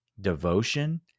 devotion